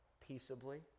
peaceably